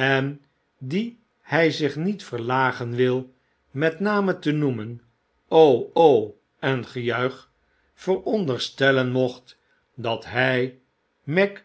en dien hy zich niet verlagen wil met name te noemen en gejuich veronderstellen mocht dat hy magg